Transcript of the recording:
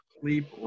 sleep